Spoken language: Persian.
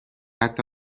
حتی